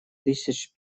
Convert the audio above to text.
тысяч